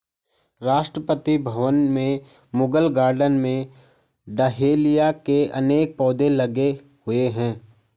राष्ट्रपति भवन के मुगल गार्डन में डहेलिया के अनेक पौधे लगे हुए हैं